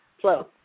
flow